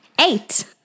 Eight